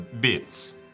bits